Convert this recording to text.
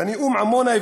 בנאום עמונה,